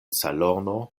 salono